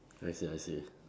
I see I see